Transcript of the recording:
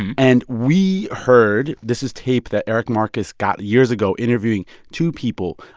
and we heard this is tape that eric marcus got years ago interviewing two people,